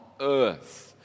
earth